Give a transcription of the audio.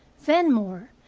then more,